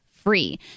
Free